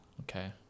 Okay